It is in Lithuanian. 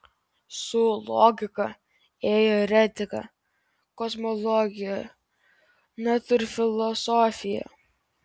su logika ėjo ir etika kosmologija natūrfilosofija